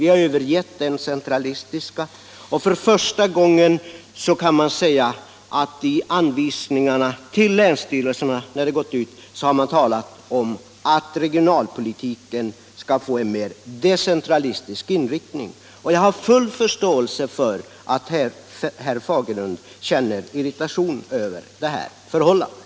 Vi har övergivit den centralistiska och för första gången talas det i anvisningarna till länsstyrelserna om att regionalpolitiken skall få en mer decentralistisk inriktning. Jag har full förståelse för att herr Fagerlund känner irritation över det förhållandet.